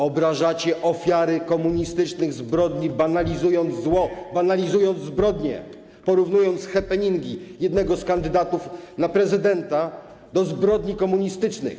Obrażacie ofiary komunistycznych zbrodni, banalizując zło, banalizując zbrodnie, porównując happeningi jednego z kandydatów na prezydenta do zbrodni komunistycznych.